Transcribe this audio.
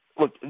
Look